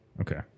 Okay